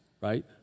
right